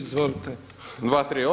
Izvolite.